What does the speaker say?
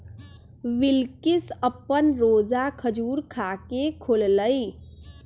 बिलकिश अप्पन रोजा खजूर खा के खोललई